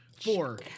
four